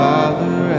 Father